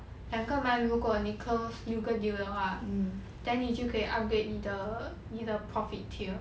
两个 month 如果你 close 六个 deal 的话 then 你就可以 upgrade 你的你的 profit tier